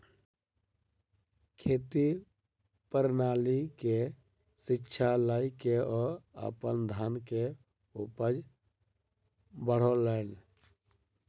खेती प्रणाली के शिक्षा लय के ओ अपन धान के उपज बढ़ौलैन